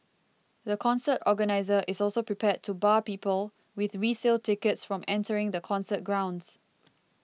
the concert organiser is also prepared to bar people with resale tickets from entering the concert grounds